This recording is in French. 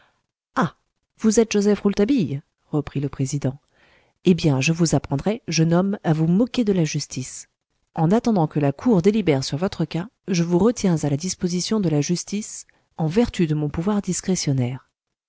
ah vous êtes joseph rouletabille reprit le président eh bien je vous apprendrai jeune homme à vous moquer de la justice en attendant que la cour délibère sur votre cas je vous retiens à la disposition de la justice en vertu de mon pouvoir discrétionnaire